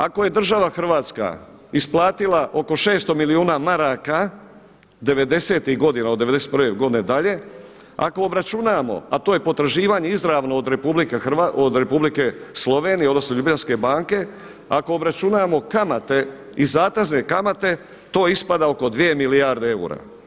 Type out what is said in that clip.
Dakle ako je država Hrvatska ispatila oko 600 milijuna maraka 90.tih godina, od 91. godine dalje, ako obračunamo a to je potraživanje izravno od Republike Slovenije odnosno Ljubljanske banke, ako obračunamo kamate i zatezne kamate to ispada oko 2 milijarde eura.